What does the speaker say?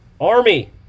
Army